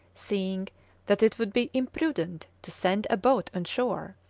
seeing that it would be imprudent to send a boat on shore,